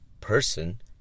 person